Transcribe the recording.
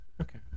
Okay